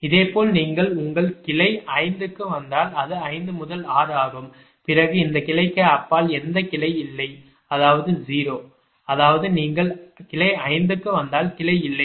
இதேபோல் நீங்கள் உங்கள் கிளை 5 க்கு வந்தால் அது 5 முதல் 6 ஆகும் பிறகு இந்த கிளைக்கு அப்பால் எந்த கிளை இல்லை அதாவது 0 அதாவது நீங்கள் கிளை 5 க்கு வந்தால் கிளை இல்லை